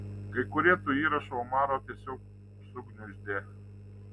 kai kurie tų įrašų omarą tiesiog sugniuždė